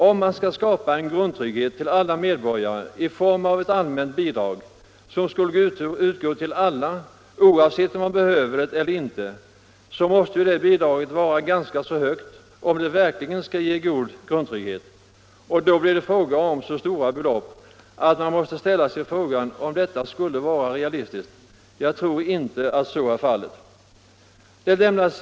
Om man skall skapa en grundtrygghet för alla medborgare i form av ett allmänt bidrag, som skulle utgå till alla oavsett behovet, måste det bidraget vara ganska högt om det verkligen skall ge god grundtrygghet. Då blir det fråga om så stora belopp att man måste ställa sig frågan om detta skulle vara realistiskt. Jag tror inte att så är fallet.